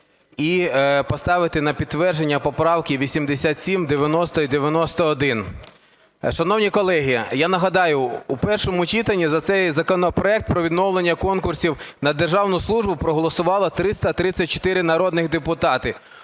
І поставити на підтвердження поправки: 87, 90 і 91. Шановні колеги, я нагадаю, у першому читанні за цей законопроект про відновлення конкурсів на державну службу проголосувало 334 народних депутатів.